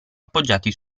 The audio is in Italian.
appoggiati